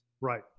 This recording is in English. Right